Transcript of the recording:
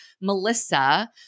Melissa